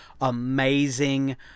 amazing